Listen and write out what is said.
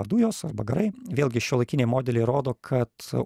dujos arba garai vėlgi šiuolaikiniai modeliai rodo kad